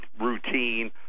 routine